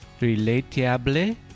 relatable